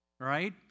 right